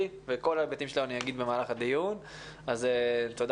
ואת כל ההיבטים שלו אני אגיד במהלך הדיון.